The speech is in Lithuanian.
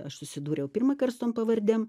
aš susidūriau pirmąkart su tom pavardėm